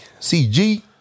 CG